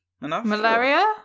malaria